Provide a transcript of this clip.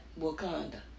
Wakanda